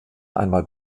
einmal